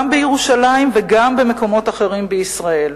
גם בירושלים וגם במקומות אחרים בישראל,